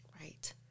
Right